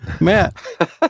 matt